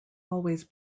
always